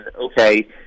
okay